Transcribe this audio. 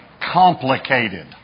complicated